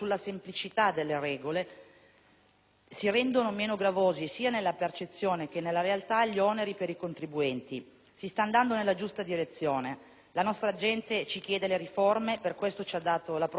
si rendono meno gravosi, sia nella percezione che nella realtà, gli oneri per i contribuenti. Si sta andando nella giusta direzione. La nostra gente ci chiede le riforme e per questo ci ha dato la propria fiducia col voto e noi non la deluderemo.